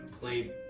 play